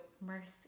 mercy